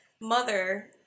mother